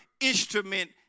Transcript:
instrument